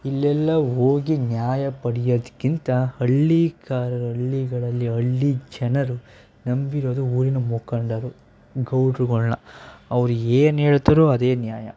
ಇಲ್ಲೆಲ್ಲ ಹೋಗಿ ನ್ಯಾಯ ಪಡೆಯೋದ್ಕಿಂತ ಹಳ್ಳಿ ಕಾಲದಲ್ಲಿ ಹಳ್ಳಿಗಳಲ್ಲಿ ಹಳ್ಳಿ ಜನರು ನಂಬಿರೋದು ಊರಿನ ಮುಖಂಡರು ಗೌಡ್ರುಗಳನ್ನ ಅವ್ರೇನು ಹೇಳ್ತಾರೋ ಅದೇ ನ್ಯಾಯ